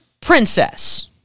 princess